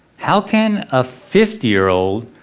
how can a fifty year old